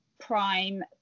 prime